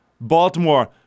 Baltimore